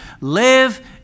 live